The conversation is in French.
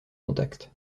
contact